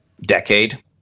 decade